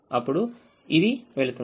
అప్పుడు ఇది వెళుతుంది